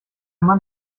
mann